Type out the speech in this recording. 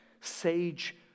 sage